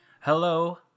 Hello